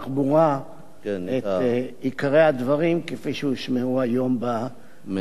את עיקרי הדברים שהושמעו היום במליאה.